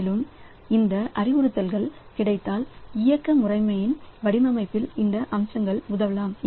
மேலும் இந்த அறிவுறுத்தல்கள் கிடைத்தால் இயக்க முறைமையின் வடிவமைப்பில் இந்த அம்சங்களுக்கு உதவலாம்